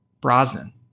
Brosnan